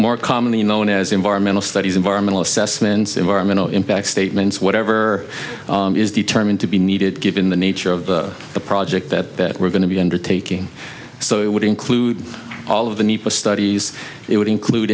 more commonly known as environmental studies environmental assessments environmental impact statements whatever is determined to be needed given the nature of the project that we're going to be undertaking so it would include all of the nepa studies it would include